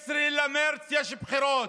ב-16 במרץ יש בחירות.